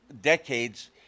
decades